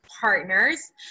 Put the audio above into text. partners